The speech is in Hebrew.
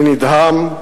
אני נדהם.